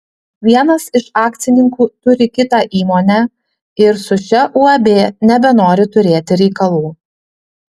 vienas iš akcininkų turi kitą įmonę ir su šia uab nebenori turėti reikalų